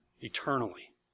eternally